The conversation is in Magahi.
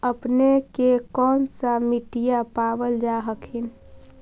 अपने के कौन सा मिट्टीया पाबल जा हखिन?